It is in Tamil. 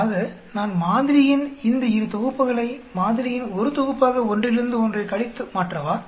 ஆக நான் மாதிரியின் இந்த இரு தொகுப்புகளை மாதிரியின் ஒரு தொகுப்பாக ஒன்றிலிருந்து ஒன்றை கழித்து மாற்றவா